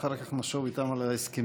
אחר כך נחשוב איתם על ההסכמים.